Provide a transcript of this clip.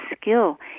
skill